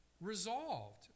resolved